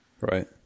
Right